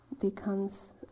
becomes